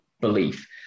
belief